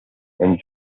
and